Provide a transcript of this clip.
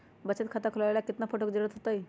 बचत खाता खोलबाबे ला केतना फोटो के जरूरत होतई?